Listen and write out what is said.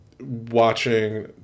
watching